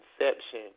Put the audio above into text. inception